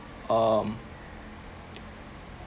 um